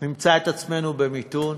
נמצא את עצמנו במיתון,